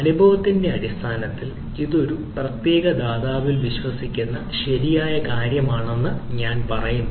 അനുഭവത്തിന്റെ അടിസ്ഥാനത്തിൽ ഇത് ഒരു പ്രത്യേക ദാതാവിൽ വിശ്വസിക്കുന്ന ശരിയായ കാര്യമാണെന്ന് ഞാൻ പറയുന്നു